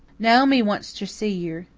naomi wants ter see yer,